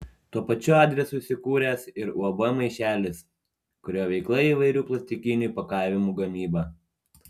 tuo pačiu adresu įsikūręs ir uab maišelis kurio veikla įvairių plastikinių įpakavimų gamyba